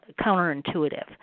counterintuitive